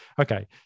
okay